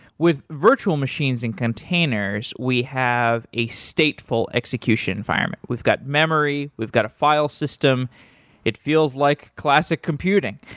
with virtual machines and containers, we have a state-full execution environment. we've got memory, we've got a file system it feels like classic computing.